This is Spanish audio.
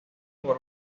por